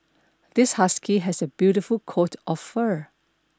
this husky has a beautiful coat of fur